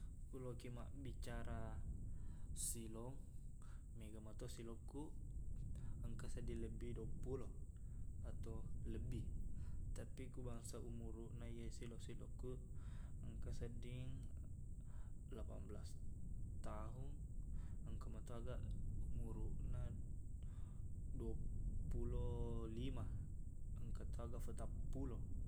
Ko lokiq mabbicara silong mega meto silokkuq engka sedding lebbi duappulo atau lebbi tapi ku bangsa umuruqna iye silo-silokkuq engka sedding delapan belas tahung engka meto aga umuruqna duappulo lima engkato aga fetappulo